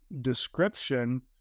description